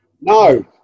No